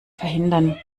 verhindern